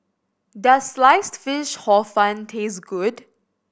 does Sliced Fish Hor Fun taste good